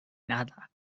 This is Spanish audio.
nada